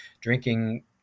drinking